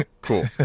cool